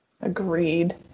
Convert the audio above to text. Agreed